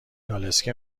کالسکه